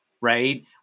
right